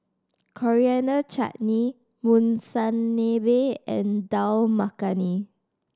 Coriander Chutney Monsunabe and Dal Makhani